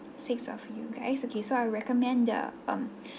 six of you guys okay so I recommend the um